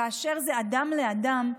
כאשר זה אדם לאדם,